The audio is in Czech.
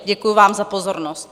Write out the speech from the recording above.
Děkuji vám za pozornost.